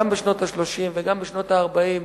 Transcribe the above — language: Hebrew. גם בשנות ה-30 וגם בשנות ה-40,